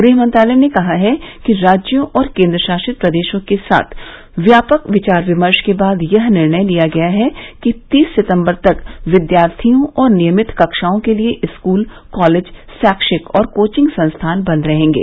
गृह मंत्रालय ने कहा कि राज्यों और केंद्रशासित प्रदेशों के साथ व्यापक विचार विमर्श के बाद यह निर्णय लिया गया है कि तीस सितंबर तक विद्यार्थियों और नियमित कक्षाओं के लिए स्कूल कॉलेज रैक्षिक और कोघिंग संस्थान बंद रहेंगे